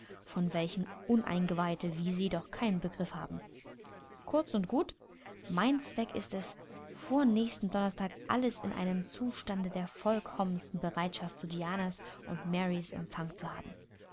von welchem uneingeweihte wie sie doch keinen begriff haben kurz und gut mein zweck ist es vor nächstem donnerstag alles in einem zustande der vollkommensten bereitschaft zu dianas und marys empfang zu haben